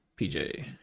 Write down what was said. PJ